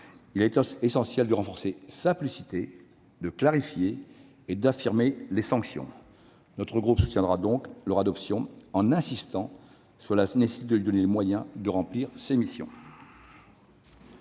il est essentiel de renforcer sa publicité, de clarifier et d'affermir les sanctions. Notre groupe soutiendra donc leur adoption, tout en insistant sur la nécessité de lui donner les moyens de remplir ses missions.